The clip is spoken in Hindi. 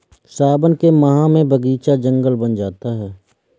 सावन के माह में बगीचा जंगल बन जाता है